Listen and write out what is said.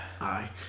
Aye